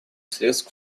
средств